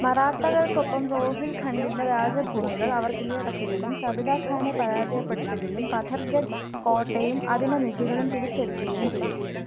മറാത്തകൾക്കൊപ്പം രോഹിൽ ഖണ്ഡിൻ്റെ രാജഭൂമികൾ അവർ കീഴടക്കുകയും സബിത ഖാനെ പരാജയപ്പെടുത്തുകയും പഥർഗഡ് കോട്ടയും അതിൻ്റെ നിധികളും പിടിച്ചെടുക്കുകയും ചെയ്തു